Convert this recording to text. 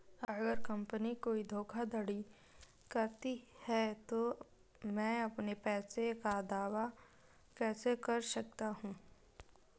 अगर कंपनी कोई धोखाधड़ी करती है तो मैं अपने पैसे का दावा कैसे कर सकता हूं?